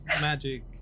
magic